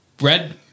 Red